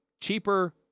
cheaper